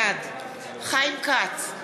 בעד חיים כץ,